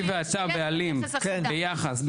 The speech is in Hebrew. אני ואתה בעלים במושע,